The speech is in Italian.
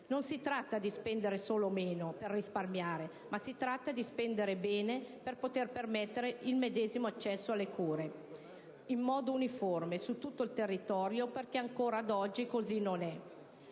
non si tratta solo di spendere meno per risparmiare, ma di spendere bene per permettere il medesimo accesso alle cure, in modo uniforme su tutto il territorio, perché ad oggi ancora così non è.